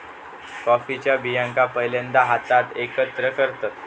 कॉफीच्या बियांका पहिल्यांदा हातात एकत्र करतत